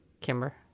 Kimber